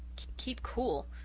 keep cool!